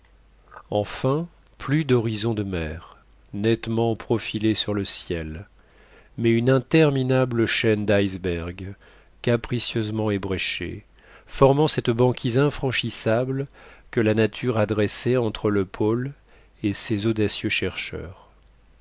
enfin plus d'horizon de mer nettement profilé sur le ciel mais une interminable chaîne d'icebergs capricieusement ébréchée formant cette banquise infranchissable que la nature a dressée entre le pôle et ses audacieux chercheurs